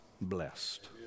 blessed